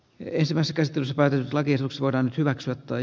ensivastestysvät lakitus voidaan hyväksyä tai